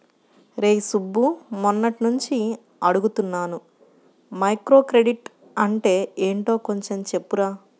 రేయ్ సుబ్బు, మొన్నట్నుంచి అడుగుతున్నాను మైక్రోక్రెడిట్ అంటే యెంటో కొంచెం చెప్పురా